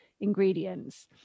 ingredients